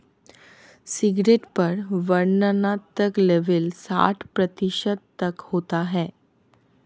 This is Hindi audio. सिगरेट पर वर्णनात्मक लेबल साठ प्रतिशत तक होता है